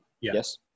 Yes